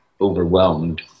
overwhelmed